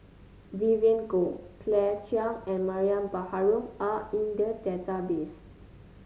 Vivien Goh Claire Chiang and Mariam Baharom are in the database